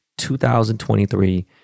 2023